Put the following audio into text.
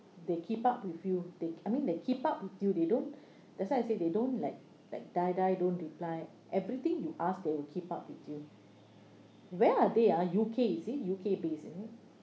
they keep up with you they I mean they keep up with you they don't that's why I say they don't like like die die don't reply everything you ask they will keep up with you where are they ah U_K is it U_K based is it